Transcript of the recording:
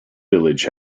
village